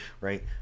right